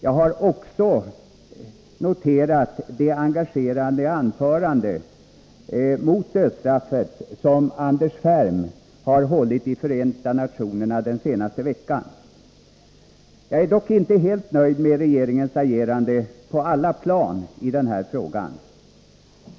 Jag har också noterat det engagerade anförande mot dödsstraffet som Anders Ferm höll i Förenta nationerna under den senaste veckan. Jag är dock inte helt nöjd med regeringens agerande på alla plan i denna fråga.